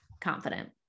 confident